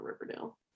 Riverdale